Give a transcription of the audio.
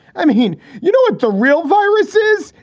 i mean, you know what the real voices is?